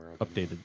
updated